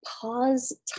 pause